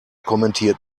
kommentiert